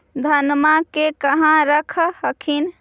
धनमा के कहा रख हखिन?